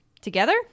together